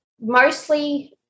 mostly